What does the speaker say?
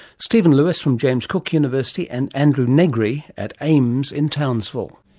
stephen lewis from james cook university and andrew negri at aims in townsville.